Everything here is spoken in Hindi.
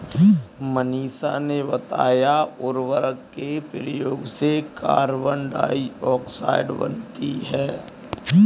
मनीषा ने बताया उर्वरक के प्रयोग से कार्बन डाइऑक्साइड बनती है